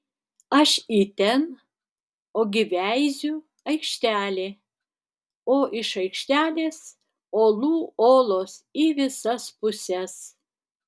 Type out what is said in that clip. aš į ten ogi veiziu aikštelė o iš aikštelės olų olos į visas puses